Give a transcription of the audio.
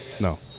No